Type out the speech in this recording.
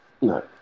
No